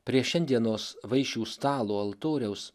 prie šiandienos vaišių stalo altoriaus